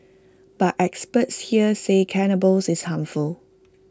but experts here say cannabis is harmful